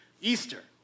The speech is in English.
Easter